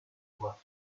imagen